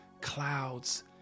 clouds